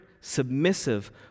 submissive